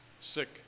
sick